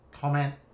comment